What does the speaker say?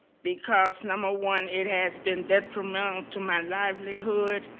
because, number one, it has been detrimental to my livelihood.